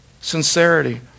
sincerity